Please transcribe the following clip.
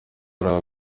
hari